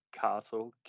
Castle